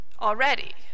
already